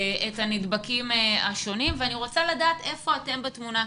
חלק מזה, אנשים לא מזמינים בדיקות הביתה כי